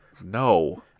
No